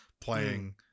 playing